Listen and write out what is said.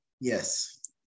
Yes